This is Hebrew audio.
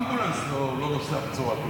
אמבולנס לא נוסע בצורה כזאת.